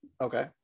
Okay